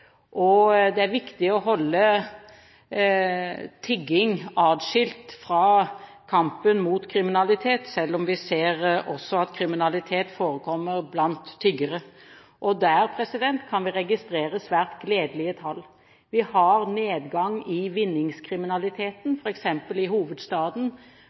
tiltak. Det er viktig å holde tigging atskilt fra kampen mot kriminalitet, selv om vi ser at kriminalitet også forekommer blant tiggere. Der kan vi registrere svært gledelige tall. Vi har en nedgang i vinningskriminaliteten f.eks. i hovedstaden